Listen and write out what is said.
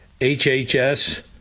HHS